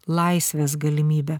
laisvės galimybę